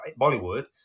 Bollywood